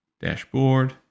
dashboard